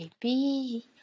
baby